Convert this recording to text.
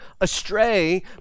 astray